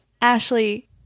Ashley